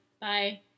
bye